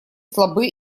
слабы